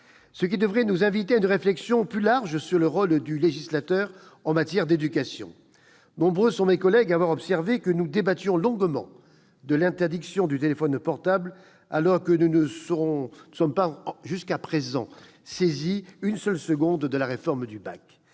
Cela devrait nous inciter à engager une réflexion plus large sur le rôle du législateur en matière d'éducation. Nombre de mes collègues ont observé que nous débattions longuement de l'interdiction du téléphone portable, alors que nous n'avons pas, jusqu'à présent, été saisis de la réforme du